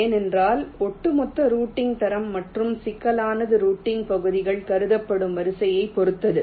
ஏனென்றால் ஒட்டுமொத்த ரூட்டிங் தரம் மற்றும் சிக்கலானது ரூட்டிங் பகுதிகள் கருதப்படும் வரிசையைப் பொறுத்தது